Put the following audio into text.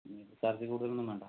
charge കൂടുതലൊന്നും വേണ്ട